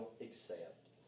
accept